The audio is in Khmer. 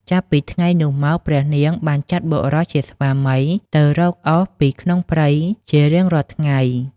ចាប់ពីថ្ងៃនោះមក ព្រះនាងបានចាត់បុរសជាស្វាមីទៅរកអុសពីក្នុងព្រៃជារៀងរាល់ថ្ងៃ។